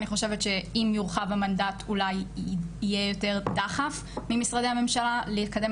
אני חושבת שאם יורחב המנדט אולי יהיה יותר דחף ממשרדי הממשלה לקדם